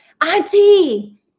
auntie